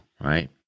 right